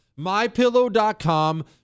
MyPillow.com